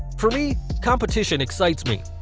for me, competition excites me.